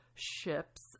ships